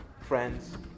friends